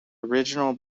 original